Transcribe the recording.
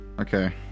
Okay